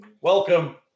Welcome